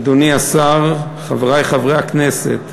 אדוני השר, חברי חברי הכנסת,